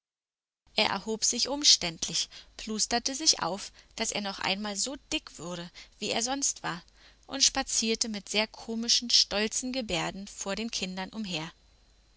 er erhob sich umständlich plusterte sich auf daß er noch einmal so dick wurde wie er sonst war und spazierte mit sehr komischen stolzen gebärden vor den kindern umher